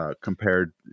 compared